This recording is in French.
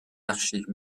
archives